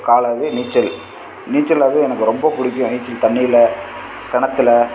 காலம் அது நீச்சல் நீச்சல் அது எனக்கு ரொம்ப பிடிக்கும் நீச்சல் தண்ணியில் கிணத்துல